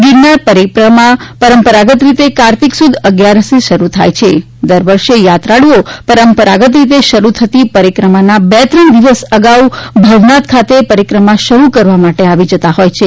ગીરનાર પરીક્રમા પરંપરાગત રીતે કારતક સુદ અગીયારસે શરૂ થાય છે દર વર્ષે યાત્રાળુઓ પરંપરાગત રીતે શરૂ થતી પરીક્રમાના બે ત્રણ દિવસ અગાઉ ભવનાથ ખાતે પરીક્રમા શરૂ કરવા માટે આવી જતાં હોય છે